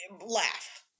laugh